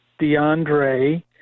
DeAndre